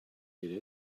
did